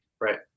right